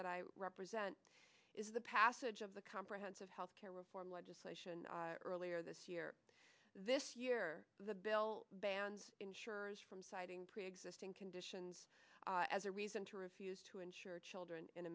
that i represent is the passage of the comprehensive health care reform legislation earlier this year this year the bill bans insurers from citing preexisting conditions as a reason to refuse to insure children in